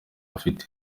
afite